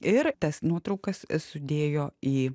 ir tas nuotraukas sudėjo į